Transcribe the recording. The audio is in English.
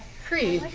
creed,